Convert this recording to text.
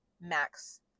max